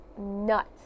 nuts